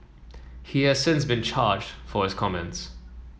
he has since been charged for his comments